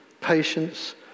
patience